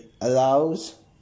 allows